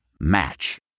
Match